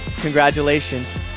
congratulations